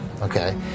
okay